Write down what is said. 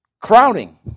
crowding